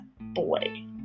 boy